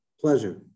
Pleasure